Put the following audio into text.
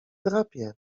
drapie